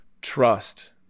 trust